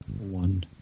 One